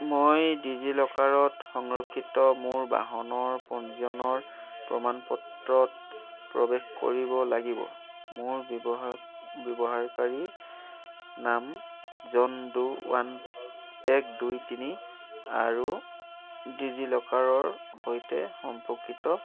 মই ডিজি লকাৰত সংৰক্ষিত মোৰ বাহনৰ পঞ্জীয়নৰ প্ৰমাণপত্ৰত প্ৰৱেশ কৰিব লাগিব মোৰ ব্য়ৱহাৰ ব্যৱহাৰকাৰী নাম জনডো ৱান এক দুই তিনি আৰু ডিজি লকাৰৰ সৈতে সম্পৰ্কিত